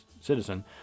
citizen